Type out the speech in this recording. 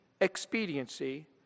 expediency